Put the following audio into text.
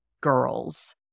girls